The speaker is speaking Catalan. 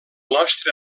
nostre